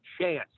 chance